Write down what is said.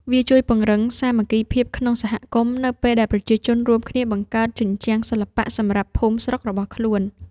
វាជួយពង្រឹងសាមគ្គីភាពក្នុងសហគមន៍ នៅពេលដែលប្រជាជនរួមគ្នាបង្កើតជញ្ជាំងសិល្បៈសម្រាប់ភូមិស្រុករបស់ខ្លួន។